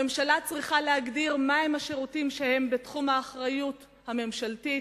הממשלה צריכה להגדיר מהם השירותים שהם בתחום האחריות הממשלתית,